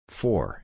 four